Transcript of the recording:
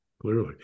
clearly